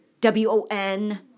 W-O-N